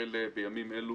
בימים אלו,